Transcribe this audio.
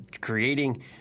Creating